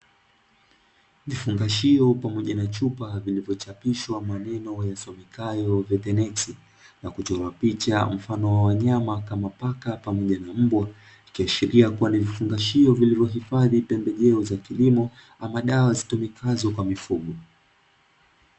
Vifungashio pamoja na chupa vilivyochapishwa maneno yasomekayo "Vetnex", na kuchorwa picha mfano wa wanyama kama paka pamoja na mbwa, ikiashiria kuwa ni vifungashio vilivyohifadhi pembejeo za kilimo ama dawa zitumikazo kwa mifugo.